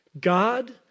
God